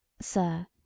Sir